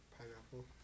Pineapple